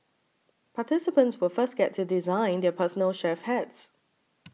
participants will first get to design their personal chef hats